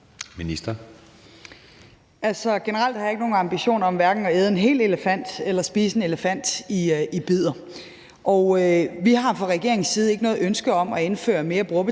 jeg ikke nogen ambitioner om hverken at æde en hel elefant eller spise en elefant i bidder. Og vi har fra regeringens side ikke noget ønske om at indføre mere brugerbetaling